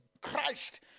Christ